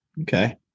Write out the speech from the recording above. Okay